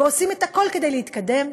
ועושים הכול כדי להתקדם,